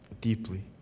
deeply